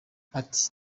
ati